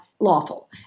lawful